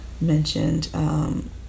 mentioned